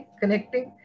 connecting